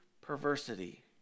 perversity